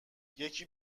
یکی